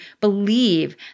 believe